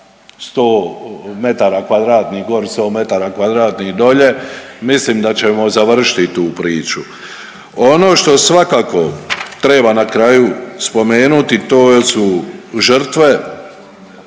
100 m2 gore, 100 m2 dolje mislim da ćemo završiti tu priču. Ono što svakako treba na kraju spomenuti to su žrtve